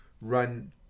run